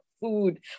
food